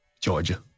Georgia